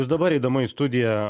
jūs dabar eidama į studiją